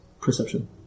perception